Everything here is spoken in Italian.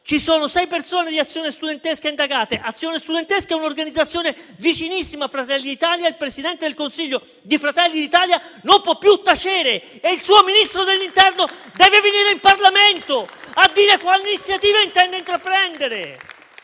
ci sono sei persone di Azione studentesca indagate. Azione studentesca è un'organizzazione vicinissima a Fratelli d'Italia e il Presidente del Consiglio di Fratelli d'Italia non può più tacere e il suo Ministro dell'interno deve venire in Parlamento a dire quali iniziative intenda intraprendere!